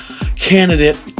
candidate